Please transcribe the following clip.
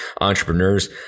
entrepreneurs